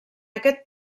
aquest